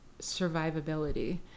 survivability